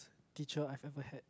teacher I've ever had